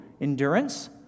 endurance